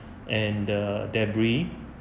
and the debris